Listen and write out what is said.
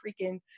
freaking